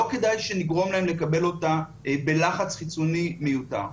לא כדאי שנגרום להם לקבל אותה בלחץ חיצוני מיותר.